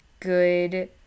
good